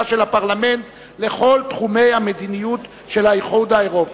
של הפרלמנט לכל תחומי המדיניות של האיחוד האירופי.